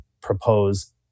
propose